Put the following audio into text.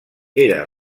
era